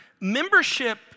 membership